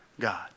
God